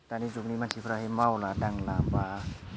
दानि जुगनि मानसिफोराहै मावला दांना बा